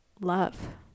love